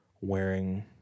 wearing